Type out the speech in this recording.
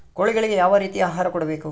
ಕೋಳಿಗಳಿಗೆ ಯಾವ ರೇತಿಯ ಆಹಾರ ಕೊಡಬೇಕು?